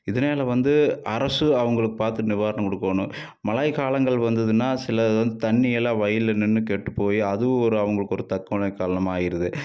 இதனால வந்து அரசு அவங்களுக்கு பார்த்து நிவாரணம் கொடுக்கோணும் மழைக்காலங்கள் வந்ததுன்னா சிலது வந்து தண்ணியெல்லாம் வயலில் நின்று கெட்டு போய் அதுவும் ஒரு அவங்களுக்கு ஒரு தற்கொலை காரணமாக ஆயிடுது